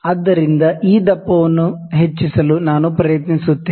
ಆದ್ದರಿಂದ ಈ ದಪ್ಪವನ್ನು ಹೆಚ್ಚಿಸಲು ನಾನು ಪ್ರಯತ್ನಿಸುತ್ತೇನೆ